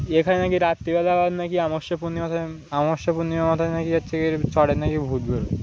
এখানে নাকি রাত্রিবেলা নাকি আমার পূর্ণিমা অমাবস্যায় পূর্ণিমাতে নাকি যাচ্ছে এর চটের নাকি ভূত বের